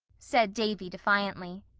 said davy, defiantly.